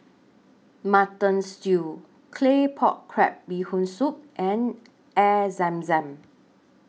Mutton Stew Claypot Crab Bee Hoon Soup and Air Zam Zam